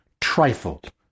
trifled